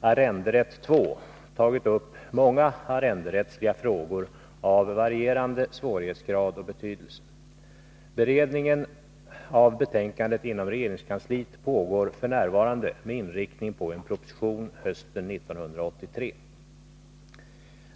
Arrenderätt 2 tagit upp många arrenderättsliga frågor av varierande svårighetsgrad och betydelse. Beredningen av betänkandet inom regeringskansliet pågår f. n. med inriktning på en proposition hösten 1983.